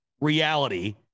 reality